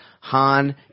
Han